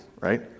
right